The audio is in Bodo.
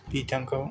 बिथांखौ